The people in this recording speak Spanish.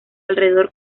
alrededor